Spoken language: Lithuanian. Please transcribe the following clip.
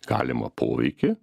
galimą poveikį